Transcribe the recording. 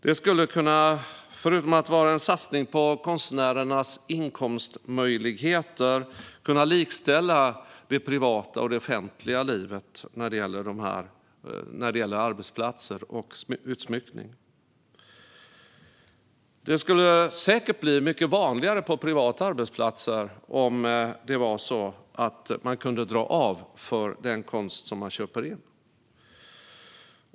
Det skulle, förutom att vara en satsning på konstnärernas inkomstmöjligheter, kunna likställa villkoren för utsmyckning mellan privata och offentliga arbetsplatser. Konst skulle säkert bli mycket vanligare på privata arbetsplatser om det gick att göra avdrag för den konst som köps in.